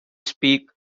speak